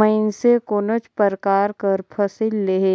मइनसे कोनोच परकार कर फसिल लेहे